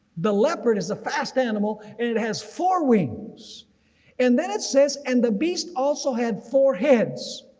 the leopard is a fast animal. it has four wings and then it says, and the beast also had four heads,